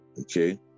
Okay